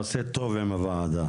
אתה תמיד עושה טוב עם הוועדה,